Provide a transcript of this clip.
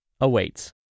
awaits